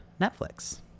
Netflix